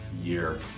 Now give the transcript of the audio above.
year